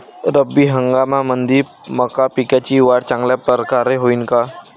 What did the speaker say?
रब्बी हंगामामंदी मका पिकाची वाढ चांगल्या परकारे होईन का?